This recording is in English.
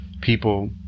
people